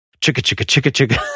chicka-chicka-chicka-chicka